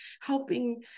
helping